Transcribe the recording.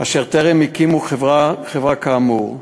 טרם הקימו חברה כאמור.